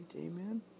Amen